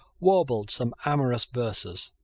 warbled some amorous verses.